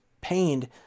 pained